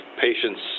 patients